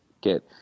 get